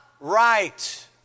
right